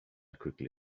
quickly